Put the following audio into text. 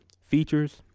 Features